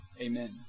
Amen